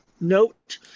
note